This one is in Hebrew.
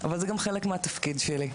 אבל זה גם חלק מהתפקיד שלי,